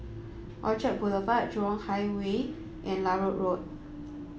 Orchard Boulevard Jurong Highway and Larut Road